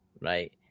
right